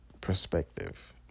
perspective